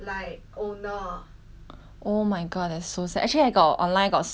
oh my god that's so sad actually I got online got saw a lot of video something about like